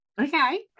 Okay